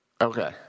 Okay